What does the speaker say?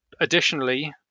Additionally